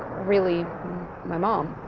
really my mom.